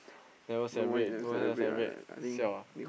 never celebrate go where celebrate siao ah